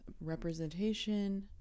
representation